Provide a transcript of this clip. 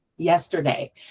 Yesterday